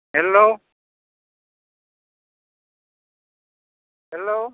hello hello